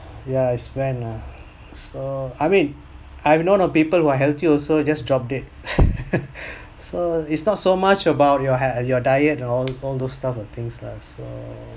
ya it's when ah so I mean I have known of people who are healthy also just drop dead so it's not so much about your hair your diet all all those stuff or things lah so